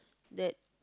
that